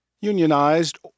Unionized